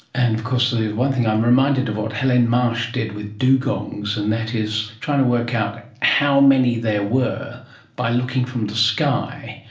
and of course one thing, i'm reminded of what helene marsh did with dugongs and that is trying to work out how many there were by looking from the sky.